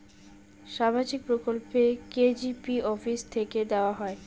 সামাজিক প্রকল্প কি জি.পি অফিস থেকে দেওয়া হয়?